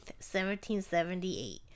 1778